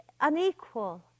unequal